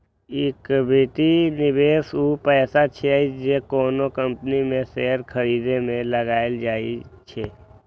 equity निवेश ऊ पैसा छियै, जे कोनो कंपनी के शेयर खरीदे मे लगाएल जाइ छै